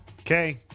Okay